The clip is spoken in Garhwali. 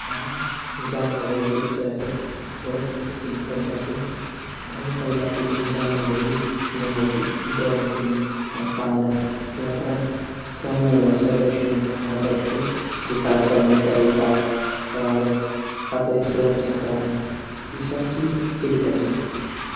हाँ जानवर एक दूशरू से बहुत कुछ सीख सकदा छिन कई प्रजाति छन जानवरों की डाल्फिन बांदर समूह सदस्यों मदद से शिकार कना तरीका और अपडी. सुरक्षा कन ई सभी चीज सिखदा छिन।